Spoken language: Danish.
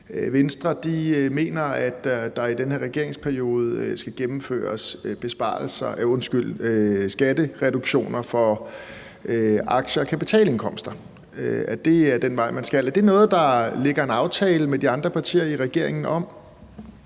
Venstre mener, at der i den her regeringsperiode skal gennemføres skattereduktioner for aktie- og kapitalindkomster – at det er den vej, man skal. Er det noget, der ligger en aftale med de andre partier i regeringen om?